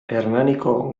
hernaniko